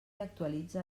actualitza